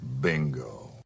bingo